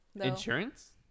Insurance